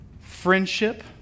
friendship